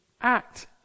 Act